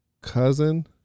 cousin